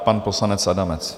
Pan poslanec Adamec.